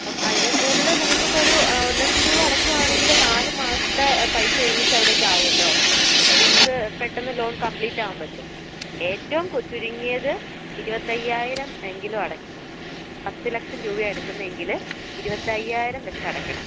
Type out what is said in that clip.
ഇപ്പം അതിനെ കൂടുതൽ നിങ്ങൾക്ക് ഇപ്പോൾ ഒരു ലക്ഷം രൂപ അടയ്ക്കുകയാണെങ്കിൽ നാലു മാസത്തെ പൈസ ഒരുമിച്ച് അവിടേയ്ക്ക് ആകുമല്ലോ അപ്പോൾ നമുക്ക് പെട്ടന്ന് ലോൺ കബ്ലീറ്റ് ആവാൻ പറ്റും ഏറ്റവും ചുരുങ്ങിയത് ഇരുപത്തി അയ്യായിരം എങ്കിലും അടയ്ക്കണം പത്ത് ലക്ഷം രൂപയാണ് എടുക്കുന്നതെങ്കിൽ ഇരുപത്തി അയ്യായിരം വച്ച് അടയ്ക്കണം